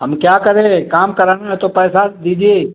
हम क्या करें काम कराना है तो पैसा दीजिए